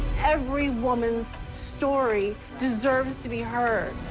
every woman's story deserves to be heard.